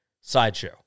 sideshow